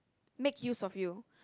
make use of you